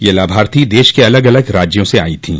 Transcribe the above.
यह लाभार्थी देश के अलग अलग राज्यों से आयी थीं